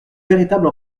véritable